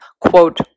quote